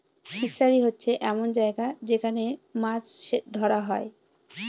fishery হচ্ছে এমন জায়গা যেখান মাছ ধরা হয়